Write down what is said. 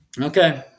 okay